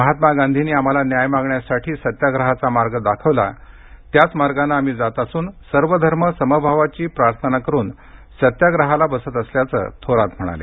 महात्मा गांधींनी आम्हाला न्याय मागण्यासाठी सत्याग्रहाचा मार्ग दाखविला त्याच मार्गानं आम्ही जात असून सर्वधर्म समभावाची प्रार्थना करून सत्याग्रहाला बसत असल्याचं थोरात यांनी सांगितलं